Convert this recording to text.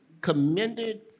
commended